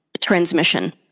transmission